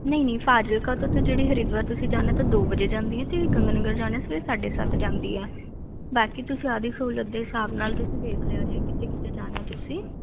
ਨਹੀਂ ਨਹੀਂ ਫਾਜ਼ਿਲਕਾ ਤੋਂ ਤਾਂ ਜਿਹੜੀ ਹਰਿਦੁਆਰ ਤੁਸੀਂ ਜਾਣਾ ਤਾਂ ਦੋ ਵਜੇ ਜਾਂਦੀ ਹੈ ਅਤੇ ਗੰਗਾ ਨਗਰ ਜਾਣਾ ਸਵੇਰੇ ਸਾਡੇ ਸੱਤ ਜਾਂਦੀ ਆ ਬਾਕੀ ਤੁਸੀਂ ਆਪਦੀ ਸਹੂਲਤ ਦੇ ਹਿਸਾਬ ਨਾਲ ਤੁਸੀਂ ਵੇਖ ਲਿਓ ਜੇ ਕਿਤੇ ਕਿਤੇ ਜਾਣਾ ਤੁਸੀਂ